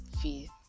faith